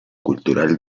cultural